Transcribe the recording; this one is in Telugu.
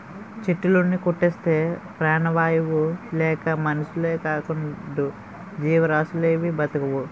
చెట్టులుని కొట్టేస్తే ప్రాణవాయువు లేక మనుషులేకాదు జీవరాసులేవీ బ్రతకవు